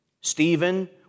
Stephen